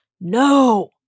No